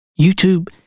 YouTube